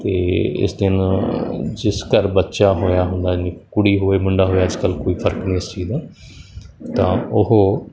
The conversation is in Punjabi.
ਅਤੇ ਇਸ ਦਿਨ ਜਿਸ ਘਰ ਬੱਚਾ ਹੋਇਆ ਹੁੰਦਾ ਨਿ ਕੁੜੀ ਹੋਵੇ ਮੁੰਡਾ ਹੋਇਆ ਅੱਜ ਕੱਲ੍ਹ ਕੋਈ ਫਰਕ ਨਹੀਂ ਉਸ ਚੀਜ਼ ਦਾ ਤਾਂ ਉਹ